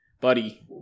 Buddy